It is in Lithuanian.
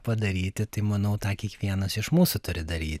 padaryti tai manau tą kiekvienas iš mūsų turi daryt